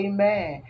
Amen